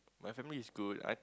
my family is good I think